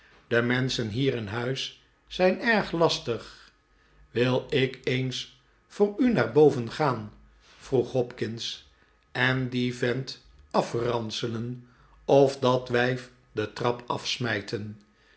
de mehschen hier in huis zijn erg lastig wil ik eens voor u naar boven gaan vroeg hopkins en dien vent afranselen of dat wijf de trap afsmijten